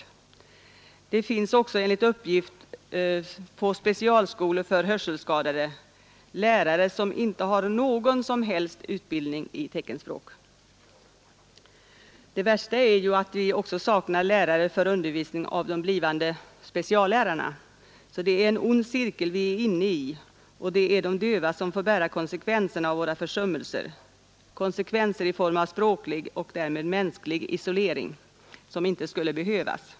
Enligt uppgift finns det också på specialskolor för hörselskadade lärare som inte har någon som helst utbildning i teckenspråk. Det värsta är att vi saknar lärare för undervisning av de blivande speciallärarna, så det är en ond cirkel vi är inne i. Det är de döva som får ta konsekvenserna av våra försummelser — konsekvenser i form av språklig och därmed mänsklig isolering.